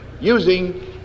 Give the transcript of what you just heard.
using